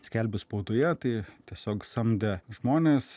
skelbia spaudoje tai tiesiog samdė žmones